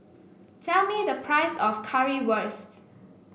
tell me the price of Currywurst